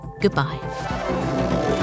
goodbye